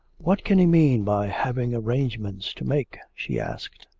what can he mean by having arrangements to make she asked.